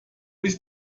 ist